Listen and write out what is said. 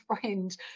friend